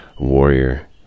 warrior